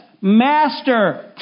Master